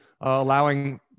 allowing